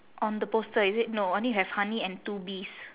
on the poster is it no only have honey and two bees